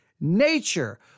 nature